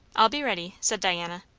i'll be ready, said diana.